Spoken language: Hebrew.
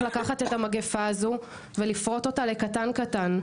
לקחת את המגיפה הזו ולפרוט אותה לקטן קטן.